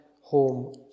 home